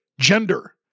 gender